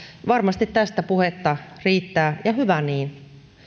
varmasti tästä puhetta riittää ja hyvä niin